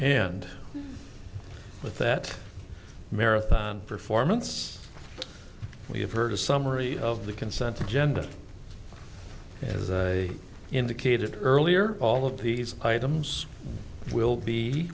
and with that marathon performance we have heard a summary of the consent agenda as i indicated earlier all of these items will be